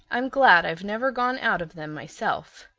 i'm glad i've never gone out of them myself.